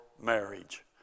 Marriage